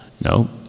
No